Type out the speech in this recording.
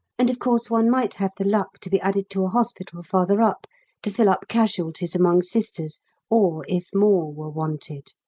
and of course one might have the luck to be added to a hospital farther up to fill up casualties among sisters or if more were wanted.